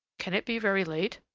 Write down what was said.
can it be very late?